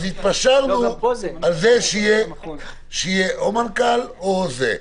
התפשרנו על זה שיהיה או מנכ"ל או זה.